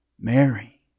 Mary